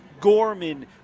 Gorman